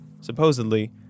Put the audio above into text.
Supposedly